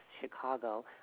chicago